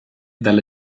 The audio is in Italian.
dalla